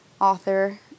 author